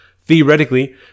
Theoretically